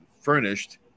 furnished